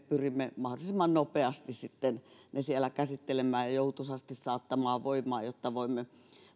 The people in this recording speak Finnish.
pyrimme mahdollisimman nopeasti sitten ne siellä käsittelemään ja joutuisasti saattamaan voimaan jotta voimme